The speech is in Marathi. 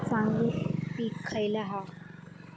चांगली पीक खयला हा?